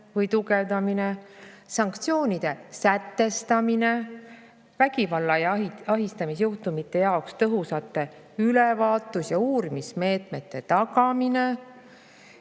või tugevdamine; sanktsioonide sätestamine; vägivalla- ja ahistamisjuhtumite jaoks tõhusate ülevaatus- ja uurimismeetmete tagamine.